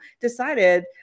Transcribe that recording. decided